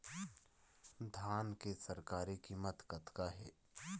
धान के सरकारी कीमत कतका हे?